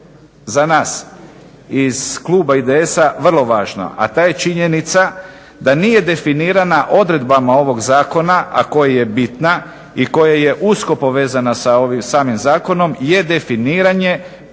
za nas iz kluba IDS-a vrlo važno, a to je činjenica da nije definirana odredbama ovog zakona, a koja je bitna i koja je usko povezana sa ovim samim zakonom je definiranje